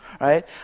right